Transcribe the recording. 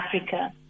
Africa